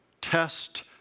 test